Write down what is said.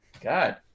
god